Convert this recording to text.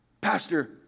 Pastor